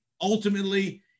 ultimately